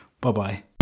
Bye-bye